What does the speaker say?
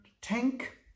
tank